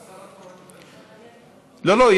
היא השרה התורנית, לא, לא.